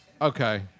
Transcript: Okay